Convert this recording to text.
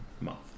month